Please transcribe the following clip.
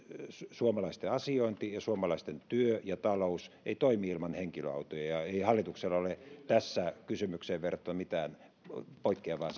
suomalaisten asiointi ja suomalaisten työ ja talous eivät toimi ilman henkilöautoja ja ei hallituksella ole tässä kysymykseen verrattuna mitään poikkeavaa